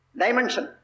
dimension